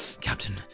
Captain